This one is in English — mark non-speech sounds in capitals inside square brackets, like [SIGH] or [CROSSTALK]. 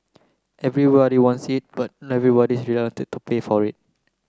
everybody wants it but everybody's [UNINTELLIGIBLE] to pay for it